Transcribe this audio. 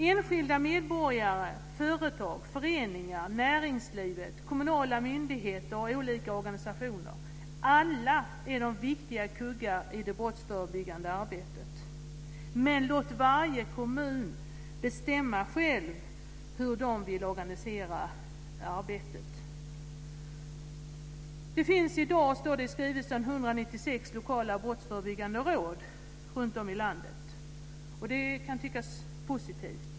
Enskilda medborgare, företag, föreningar, näringslivet, kommunala myndigheter och olika organisationer är alla viktiga kuggar i det brottsförebyggande arbetet. Men låt varje kommun bestämma själv hur man vill organisera arbetet. Det finns i dag, står det i skrivelsen, 196 lokala brottsförebyggande råd runtom i landet. Det kan tyckas positivt.